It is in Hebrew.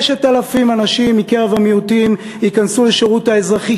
6,000 אנשים מקרב המיעוטים ייכנסו לשירות האזרחי.